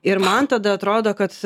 ir man tada atrodo kad